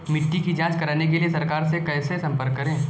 मिट्टी की जांच कराने के लिए सरकार से कैसे संपर्क करें?